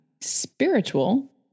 spiritual